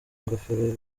ngofero